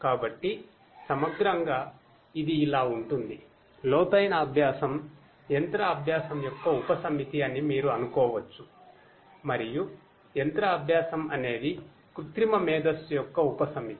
కాబట్టి ఇది మొత్తం పోలిక